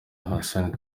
hassan